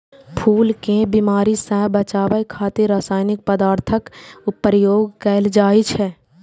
फूल कें बीमारी सं बचाबै खातिर रासायनिक पदार्थक प्रयोग कैल जाइ छै